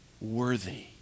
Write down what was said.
worthy